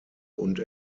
und